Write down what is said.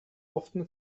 often